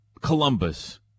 Columbus